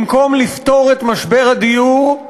במקום לפתור את משבר הדיור,